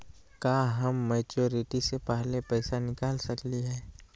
का हम मैच्योरिटी से पहले पैसा निकाल सकली हई?